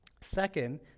Second